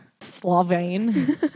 Slovene